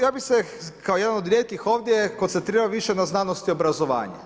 Ja bih se kao jedan od rijetkih ovdje koncentrirao više na znanost i obrazovanje.